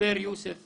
דיבר יוסף